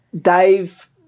Dave